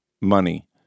money